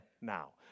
now